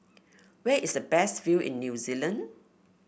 where is the best view in New Zealand